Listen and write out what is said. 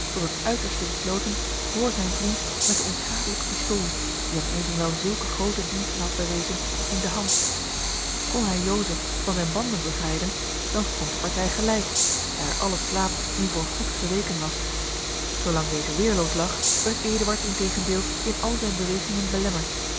tot het uiterste besloten vr zijn vriend met de onschadelijke pistool die hem evenwel zulke groote diensten had bewezen in de hand kon hij joseph van zijne banden bevrijden dam stond de partij gelijk daar alle slaap nu voor goed geweken was zoolang deze weêrloos lag werd eduard integendeel in al zijne bewegingen belemmerd